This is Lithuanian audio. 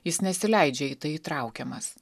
jis nesileidžia į tai įtraukiamas